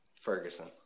Ferguson